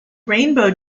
rainbow